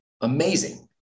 Amazing